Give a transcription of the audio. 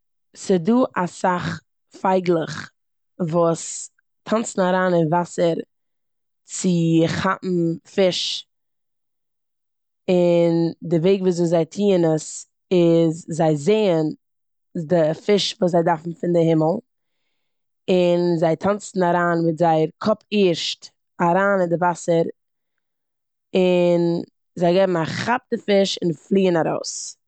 ס'דא אסאך פייגלעך וואס טאנצן אריין אין וואסער צו כאפן פיש און די וועג וויאזוי זיי טוען עס איז זיי זעען די פיש וואס זיי דארפן פון די הימל און זיי טאנצן אריין מיט זייער קאפ ערשט אריין אין די וואסער און זיי געבן א כאפ די פיש און פליען ארויס.